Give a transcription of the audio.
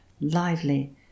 lively